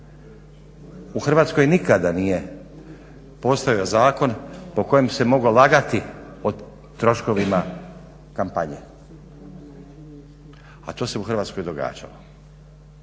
U Hrvatskoj nikada nije postojao zakon po kojem se moglo lagati o troškovima kampanje, a to se u Hrvatskoj događalo.